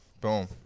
Boom